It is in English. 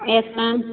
yes ma'am